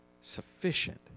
sufficient